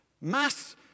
mass